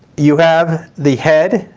you have the head,